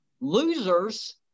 losers